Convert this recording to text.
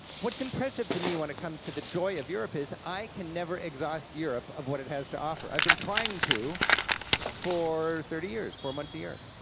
what's impressive to me when it comes to the joy of europe is, i can never exhaust europe of what it has to offer. i've been trying to for thirty years, four months a year,